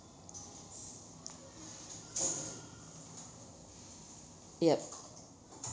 yup